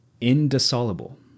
indissoluble